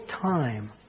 time